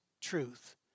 truth